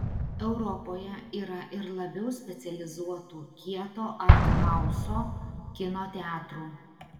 europoje yra ir labiau specializuotų kieto arthauso kino teatrų